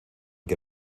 que